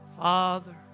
Father